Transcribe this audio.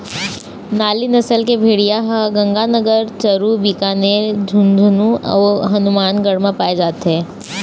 नाली नसल के भेड़िया ह गंगानगर, चूरू, बीकानेर, झुंझनू अउ हनुमानगढ़ म पाए जाथे